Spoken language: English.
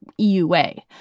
EUA